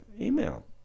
email